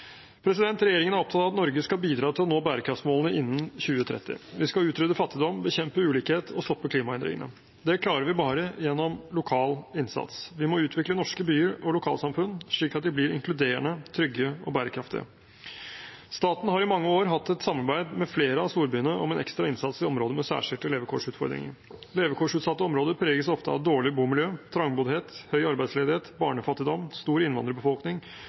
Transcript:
Regjeringen er opptatt av at Norge skal bidra til å nå bærekraftsmålene innen 2030. Vi skal utrydde fattigdom, bekjempe ulikhet og stoppe klimaendringene. Det klarer vi bare gjennom lokal innsats. Vi må utvikle norske byer og lokalsamfunn slik at de blir inkluderende, trygge og bærekraftige. Staten har i mange år hatt et samarbeid med flere av storbyene om en ekstra innsats i områder med særskilte levekårsutfordringer. Levekårsutsatte områder preges ofte av dårlig bomiljø, trangboddhet, høy arbeidsledighet, barnefattigdom, stor innvandrerbefolkning,